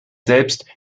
selbst